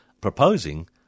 proposing